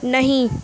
نہیں